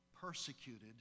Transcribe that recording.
persecuted